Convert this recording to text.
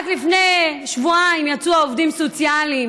רק לפני שבועיים יצאו להפגין העובדים הסוציאליים,